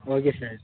okay sir